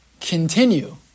continue